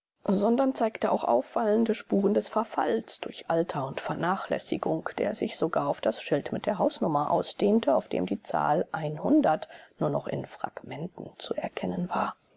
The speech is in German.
sondern zeigte auch auffallende spuren des verfalls durch alter und vernachlässigung der sich sogar auf das schild mit der hausnummer ausdehnte auf dem die zahl nur noch in fragmenten zu erkennen war